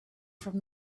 from